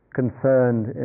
concerned